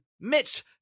Mitch